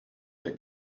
der